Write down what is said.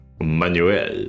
manuel